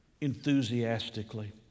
enthusiastically